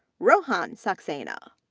rohan saxena,